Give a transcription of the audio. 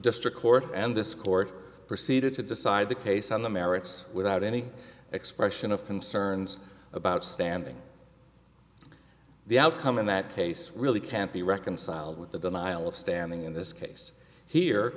district court and this court proceeded to decide the case on the merits without any expression of concerns about standing the outcome in that case really can't be reconciled with the denial of standing in this case here